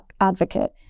advocate